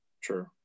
true